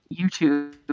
youtube